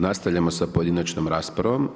Nastavljamo sa pojedinačnom raspravom.